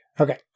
Okay